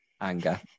anger